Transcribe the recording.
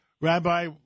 Rabbi